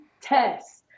test